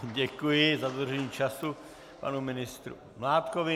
Děkuji za dodržení času panu ministru Mládkovi.